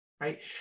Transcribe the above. right